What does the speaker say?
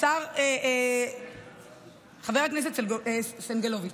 חבר הכנסת סגלוביץ'